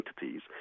entities